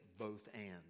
both-and